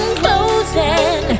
closing